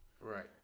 Right